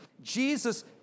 jesus